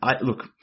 look